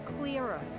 clearer